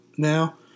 Now